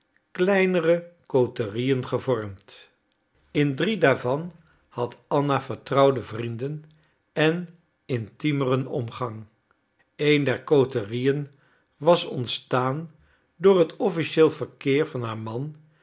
kleinere coterieën gevormd in drie daarvan had anna vertrouwde vrienden en intiemeren omgang een dier coterieën was ontstaan door het officiëel verkeer van haar man